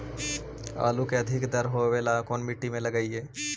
आलू के अधिक दर होवे ला कोन मट्टी में लगीईऐ?